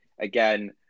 again